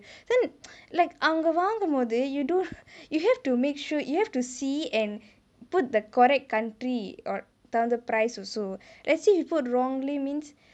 then like அவங்கே வாங்கும்போது:avangae vaangumpothu you do you have to make sure you have to see and put the correct country or down the price also let's say you put wrongly means